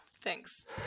Thanks